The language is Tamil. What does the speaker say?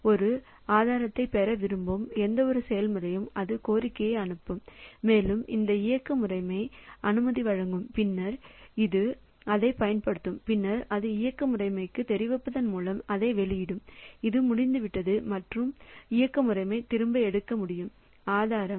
ஒரு ஆதாரத்தைப் பெற விரும்பும் எந்தவொரு செயல்முறையும் அது ஒரு கோரிக்கையை அனுப்பும் மேலும் இந்த இயக்க முறைமை அனுமதி வழங்கும் பின்னர் அது அதைப் பயன்படுத்தும் பின்னர் அது இயக்க முறைமைக்குத் தெரிவிப்பதன் மூலம் அதை வெளியிடும் அது முடிந்துவிட்டது மற்றும் இயக்க முறைமை திரும்ப எடுக்க முடியும் ஆதாரம்